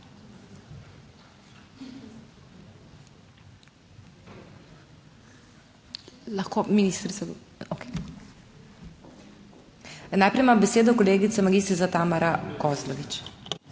Najprej ima besedo kolegica magistrica Tamara Kozlovič.